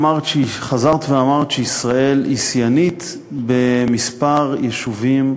אמרת חזרת ואמרת שישראל היא שיאנית במספר יישובים,